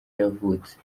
yavutse